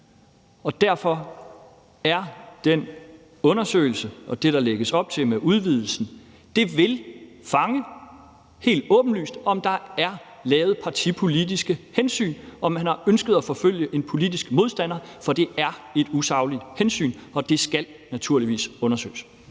og derfor vil den undersøgelse og det, der lægges op til med udvidelsen, helt åbenlyst fange, om der er taget partipolitiske hensyn; om man har ønsket at forfølge en politisk modstander. For det er et usagligt hensyn, og det skal naturligvis undersøges.